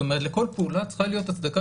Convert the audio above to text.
זאת אומרת לכל פעולה צריכה להיות הצדקה